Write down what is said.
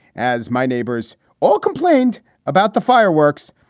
as my neighbors all complained about the fireworks,